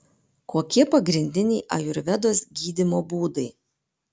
kokie pagrindiniai ajurvedos gydymo būdai